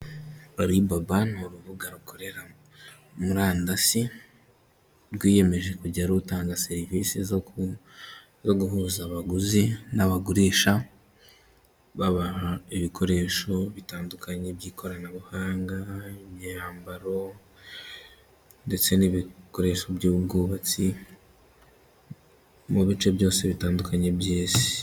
Alibaba ni urubuga rukorera murandasi, rwiyemeje kujya rutanga serivisi zo guhuza abaguzi n'abagurisha, babaha ibikoresho bitandukanye by'ikoranabuhanga, imyambaro ndetse n'ibikoresho by'ubwubatsi, mu bice byose bitandukanye by'isi.